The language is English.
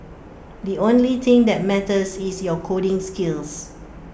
the only thing that matters is your coding skills